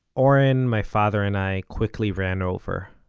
oren, my father and i quickly ran over.